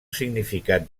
significat